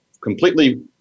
completely